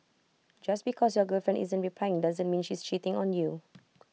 just because your girlfriend isn't replying doesn't mean she's cheating on you